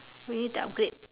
you need to upgrade